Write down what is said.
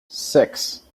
six